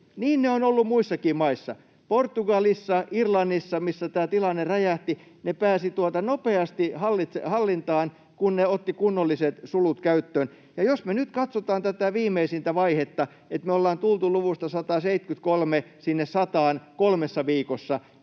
Niin ne ovat olleet muissakin maissa. Portugalissa ja Irlannissa, missä tämä tilanne räjähti, se saatiin nopeasti hallintaan, kun ne ottivat kunnolliset sulut käyttöön. Ja jos me nyt katsotaan tätä viimeisintä vaihetta — me ollaan tultu luvusta 173 sinne 100:aan kolmessa viikossa